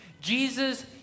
Jesus